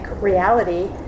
reality